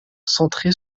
centré